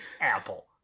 apple